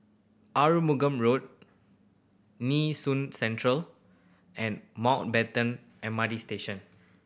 Arumugam Road Nee Soon Central and Mountbatten M R T Station